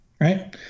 Right